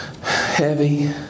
heavy